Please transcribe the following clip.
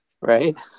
Right